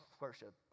worship